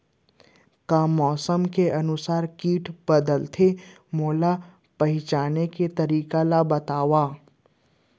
का मौसम के अनुसार किट बदलथे, ओला पहिचाने के तरीका ला बतावव?